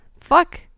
fuck